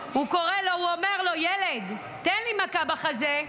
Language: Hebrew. הוא קורא לו, הוא אומר לו: ילד, תן לי מכה בחזה.